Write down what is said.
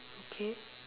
okay